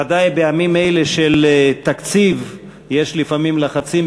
ודאי בימים אלה של תקציב יש לפעמים לחצים,